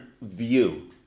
view